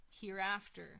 hereafter